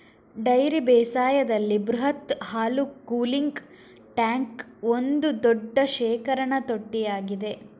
dairy ಬೇಸಾಯದಲ್ಲಿ ಬೃಹತ್ ಹಾಲು ಕೂಲಿಂಗ್ ಟ್ಯಾಂಕ್ ಒಂದು ದೊಡ್ಡ ಶೇಖರಣಾ ತೊಟ್ಟಿಯಾಗಿದೆ